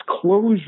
closure